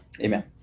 Amen